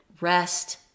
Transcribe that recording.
Rest